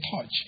touch